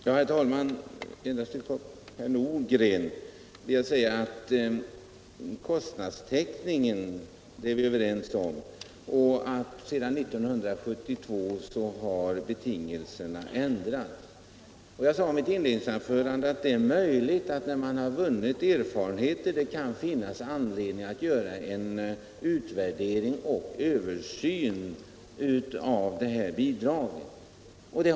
Herr talman! Endast några ord till herr Nordgren. Kostnadstäckningen är vi överens om. Sedan 1972 har betingelserna ändrats. Jag sade i mitt inledningsanförande att det är möjligt att det kan finnas anledning att göra en utvärdering och översyn av detta bidrag när man har vunnit erfarenhet av det.